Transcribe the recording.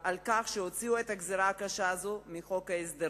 על כך שהוציאו את הגזירה הקשה הזאת מחוק ההסדרים.